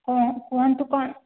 କ'ଣ କୁହନ୍ତୁ କ'ଣ